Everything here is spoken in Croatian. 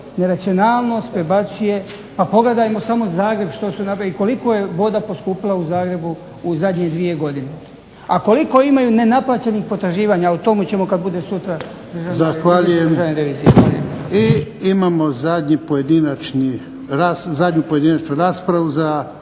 neracionalnost prebacuje, a pogledajmo samo Zagreb što su napravili, i koliko je voda poskupila u Zagrebu u zadnje dvije godine, a koliko imaju nenaplaćenih potraživanja, o tomu ćemo kad bude sutra …/Govornik nije uključen, ne razumije se./…